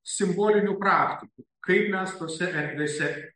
simbolinių praktikų kaip mes tose erdvėse